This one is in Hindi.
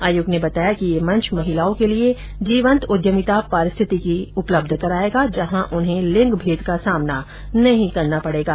आयोग ने बताया कि यह मंच महिलाओं के लिए जीवंत उद्यमिता पारिस्थितिकी उपलब्ध करायेगा जहाँ उन्हें लिंगभेद का सामना नहीं करना पड़ेगा